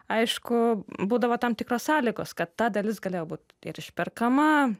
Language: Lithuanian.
aišku būdavo tam tikros sąlygos kad ta dalis galėjo būt ir išperkama